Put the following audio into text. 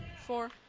Four